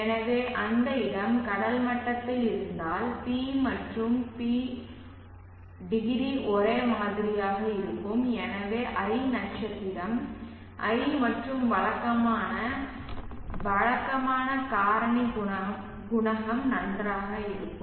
எனவே அந்த இடம் கடல் மட்டத்தில் இருந்தால் P மற்றும் P0 ஒரே மாதிரியாக இருக்கும் எனவே l நட்சத்திரம் l மற்றும் வழக்கமான வழக்கமான காரணி குணகம் நன்றாக இருக்கும்